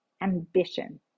ambition